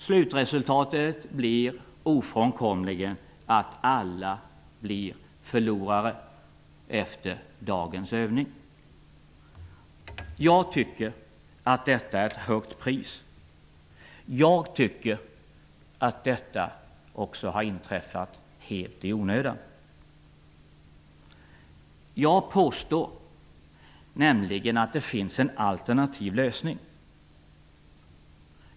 Slutresultatet blir ofrånkomligen att alla blir förlorare efter dagens övning. Jag tycker att detta är ett högt pris. Jag tycker också att det har inträffat helt i onödan. Jag påstår nämligen att det finns en alternativ lösning.